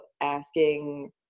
asking